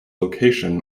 location